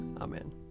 Amen